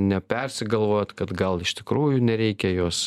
nepersigalvojot kad gal iš tikrųjų nereikia jos